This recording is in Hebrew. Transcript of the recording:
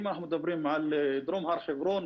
עם אנחנו מדברים על דרום הר חברון,